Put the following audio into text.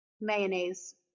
mayonnaise